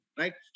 right